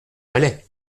balai